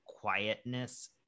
quietness